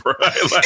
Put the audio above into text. right